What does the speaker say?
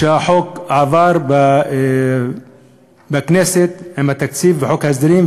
כשהחוק עבר בכנסת עם התקציב בחוק ההסדרים.